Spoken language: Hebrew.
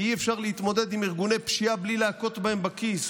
כי אי-אפשר להתמודד עם ארגוני פשיעה בלי להכות בהם בכיס,